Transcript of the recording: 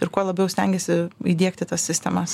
ir kuo labiau stengiasi įdiegti tas sistemas